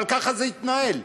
אבל ככה זה התנהל.